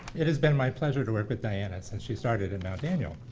it has been my pleasure to work with diana since she started at mount daniel.